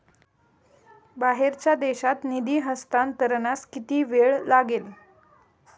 बाहेरच्या देशात निधी हस्तांतरणास किती वेळ लागेल?